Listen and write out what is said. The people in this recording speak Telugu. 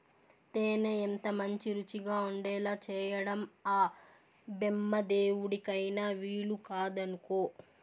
తేనె ఎంతమంచి రుచిగా ఉండేలా చేయడం ఆ బెమ్మదేవుడికైన వీలుకాదనుకో